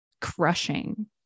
crushing